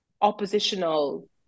oppositional